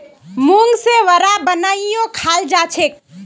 मूंग से वड़ा बनएयों खाल जाछेक